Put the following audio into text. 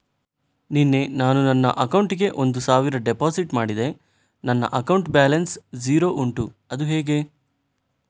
ನಿನ್ನೆ ನಾನು ನನ್ನ ಅಕೌಂಟಿಗೆ ಒಂದು ಸಾವಿರ ಡೆಪೋಸಿಟ್ ಮಾಡಿದೆ ನನ್ನ ಅಕೌಂಟ್ ಬ್ಯಾಲೆನ್ಸ್ ಝೀರೋ ಉಂಟು ಅದು ಹೇಗೆ?